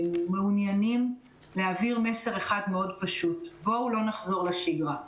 שמעוניינים להעביר מסר אחד מאוד פשוט: בואו לא נחזור לשגרה.